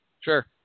Sure